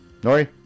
Nori